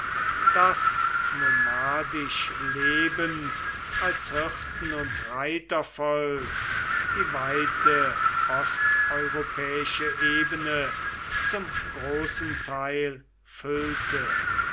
das nomadisch lebend als hirten und reitervolk die weite osteuropäische ebene zum großen teil füllte